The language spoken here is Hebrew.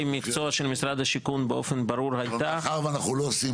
מקצוע של משרד השיכון באופן ברור הייתה --- מאחר ואנחנו לא עושים